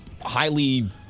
highly